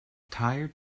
tired